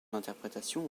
interprétation